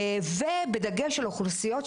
ובדגש על האוכלוסיות,